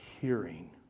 hearing